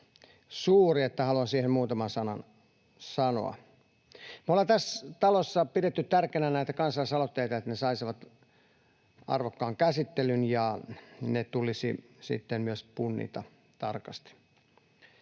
suuri, että haluan siihen muutaman sanan sanoa. Me ollaan tässä talossa pidetty tärkeänä näitä kansalaisaloitteita, sitä, että ne saisivat arvokkaan käsittelyn, ja ne tulisi sitten myös punnita tarkasti.